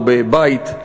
או בבית,